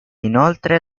inoltre